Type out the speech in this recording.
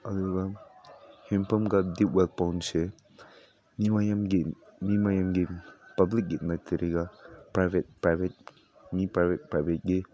ꯑꯗꯨꯒ ꯍꯦꯟꯄꯝꯒ deep well ꯄꯣꯟꯁꯦ ꯃꯤꯑꯣꯏ ꯑꯃꯒꯤ ꯃꯤ ꯃꯌꯥꯝꯒꯤ ꯄꯥꯕ꯭ꯂꯤꯛꯀꯤ ꯅꯠꯇ꯭ꯔꯒ ꯄ꯭ꯔꯥꯏꯕꯦꯠ ꯄ꯭ꯔꯥꯏꯕꯦꯠ ꯃꯤ ꯄ꯭ꯔꯥꯏꯕꯦꯠ ꯄ꯭ꯔꯥꯏꯕꯦꯠꯀꯤ